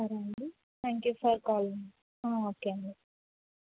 సరే అండి thank you for calling okay అండి